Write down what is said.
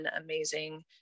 amazing